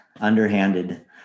underhanded